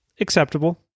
acceptable